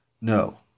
no